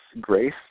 Grace